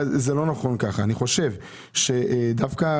אני חושב שזה לא נכון כך.